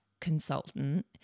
consultant